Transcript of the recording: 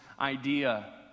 idea